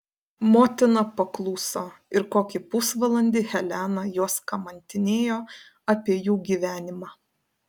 motina pakluso ir kokį pusvalandį helena juos kamantinėjo apie jų gyvenimą